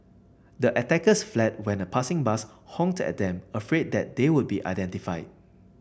the attackers fled when a passing bus honked at them afraid that they would be identified